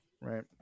Right